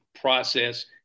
process